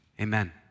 Amen